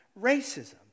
racism